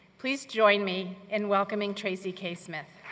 please join me in welcoming tracy k. smith.